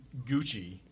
Gucci